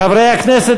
חברי הכנסת,